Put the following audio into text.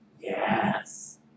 Yes